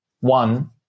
one